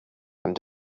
and